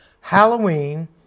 Halloween